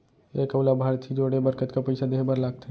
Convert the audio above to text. एक अऊ लाभार्थी जोड़े बर कतका पइसा देहे बर लागथे?